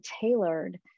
tailored